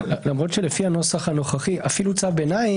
ואז עם איזשהו מינוח שמהווה מענה מלא או חלקי לפסק הדין או משהו